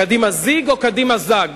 קדימה זיג או קדימה זג?